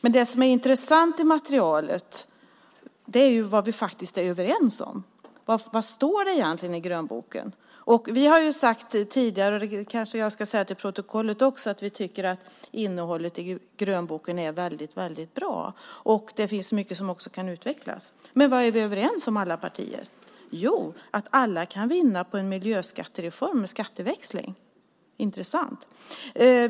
Det intressanta i materialet är vad vi är överens om. Vad står det egentligen i grönboken? Vi har sagt tidigare - och jag säger det igen för protokollets skull - att vi tycker att innehållet i grönboken är väldigt bra. Det finns också mycket som kan utvecklas. Men vad är vi överens om i alla partier? Jo, att alla kan vinna på en miljöskattereform med skatteväxling. Det är intressant.